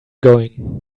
going